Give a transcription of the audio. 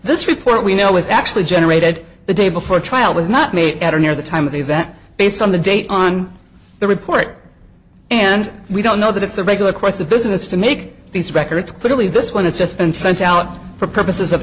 this report we know was actually generated the day before trial was not made at or near the time of the event based on the date on the report and we don't know that it's the regular course of business to make these records clearly this one has just been sent out for purposes of